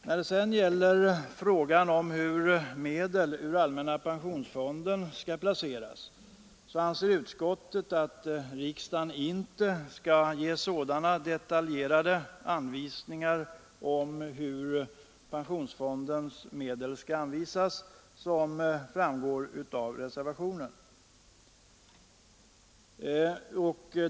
När det sedan gäller frågan om hur medel ur allmänna pensionsfonden skall placeras anser utskottet att riksdagen inte skall ge sådana detaljerade anvisningar om hur pensionsfondens medel skall användas som framgår av reservationen.